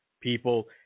people